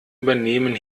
übernehmen